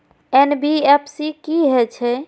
NBFC की हे छे?